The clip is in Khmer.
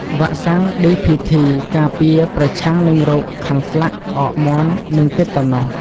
វ៉ាក់សាំង DPT ការពារប្រឆាំងនឹងរោគខាន់ស្លាក់ ក្អកមាន់ និងតេតាណូស។